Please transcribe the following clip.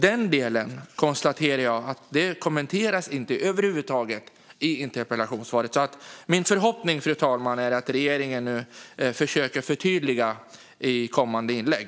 Den delen, konstaterar jag, kommenteras över huvud taget inte i interpellationssvaret. Min förhoppning, fru talman, är att statsrådet nu försöker förtydliga sig i kommande inlägg.